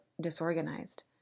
disorganized